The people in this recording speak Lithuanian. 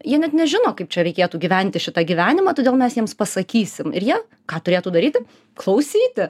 jie net nežino kaip čia reikėtų gyventi šitą gyvenimą todėl mes jiems pasakysim ir jie ką turėtų daryti klausyti